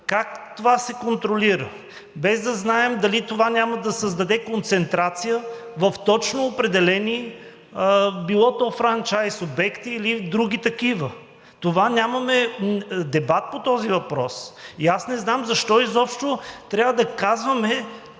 как това се контролира, без да знаем дали това няма да създаде концентрация в точно определени, било то франчайз обекти или други такива. Нямаме дебат по този въпрос. И аз не знам защо изобщо трябва да казваме,